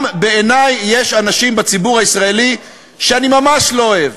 גם בעיני יש אנשים בציבור הישראלי שאני ממש לא אוהב